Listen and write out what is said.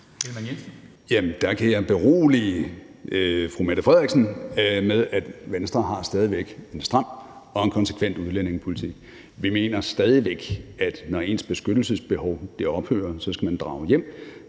Frederiksen med, at Venstre stadig væk har en stram og en konsekvent udlændingepolitik. Vi mener stadig væk, at når ens beskyttelsesbehov ophører, skal man drage hjem